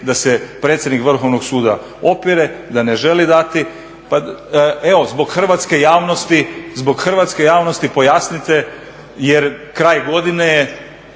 da se predsjednik Vrhovnog suda opire, da ne želi dati. Evo zbog hrvatske javnosti pojasnite jer kraj godine je,